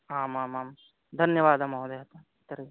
आमामां धन्यवादः महोदय तर्हि तर्हि